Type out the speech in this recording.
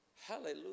hallelujah